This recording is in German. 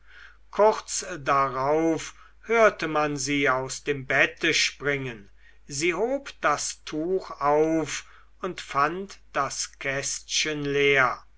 kurz darauf hörte man sie aus dem bette springen sie hob das tuch auf und fand das kästchen leer